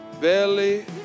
belly